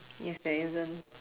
yes there isn't